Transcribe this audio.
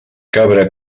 cabra